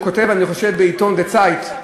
והוא כותב, אני חושב, בעיתון "די-צייט" בגרמניה,